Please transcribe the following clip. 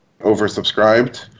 oversubscribed